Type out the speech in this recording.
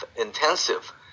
intensive